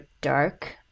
dark